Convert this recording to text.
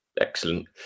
excellent